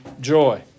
joy